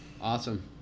Awesome